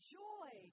joy